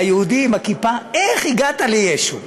היהודי עם הכיפה: איך הגעת לישו?